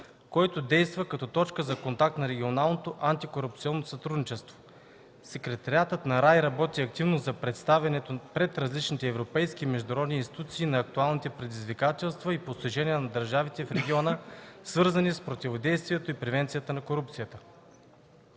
който действа като точка за контакт за регионалното антикорупционно сътрудничество. Секретариатът на РАИ работи активно за представянето пред различни европейски и международни институции на актуалните предизвикателства и постижения на държавите в региона, свързани с противодействието и превенцията на корупцията.